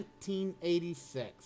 1986